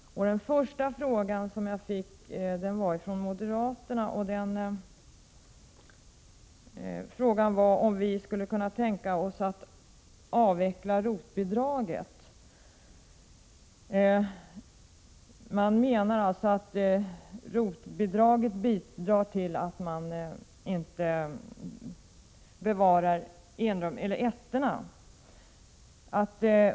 Den första frågan kom från moderaterna och var om vi skulle kunna tänka oss att avveckla ROT-bidraget. Man menar att ROT-bidraget medverkar till att fastighetsägarna inte bevarar ettorna.